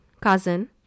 cousin